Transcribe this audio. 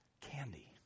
candy